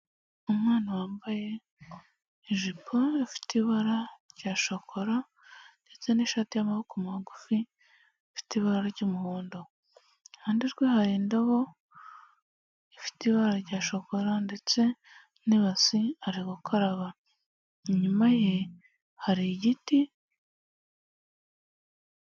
Umwana wambaye ijipo ifite ibara rya shokora ndetse n'ishati y'amaboko magufi ifite ibara ry'umuhondo, iruhande rwe hari indobo ifite ibara rya shokora ndetse n'ibasi ari gukaraba, inyuma ye hari igiti.